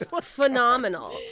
phenomenal